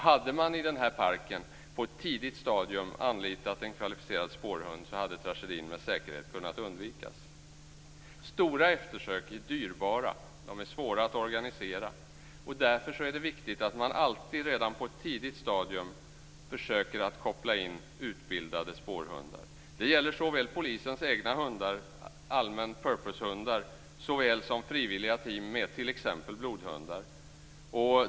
Hade man i den här parken på ett tidigt stadium anlitat en kvalificerad spårhund så hade tragedin med säkerhet kunnat undvikas. Stora eftersök är dyrbara. De är svåra att organisera. Därför är det viktigt att man alltid redan på ett tidigt stadium försöker att koppla in utbildade spårhundar. Det gäller såväl polisens egna hundar, all purpose-hundar, som frivilliga team med t.ex. blodhundar.